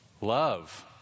Love